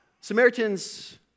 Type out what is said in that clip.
Samaritans